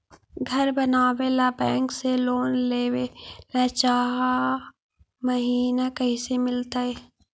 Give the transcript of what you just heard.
घर बनावे ल बैंक से लोन लेवे ल चाह महिना कैसे मिलतई?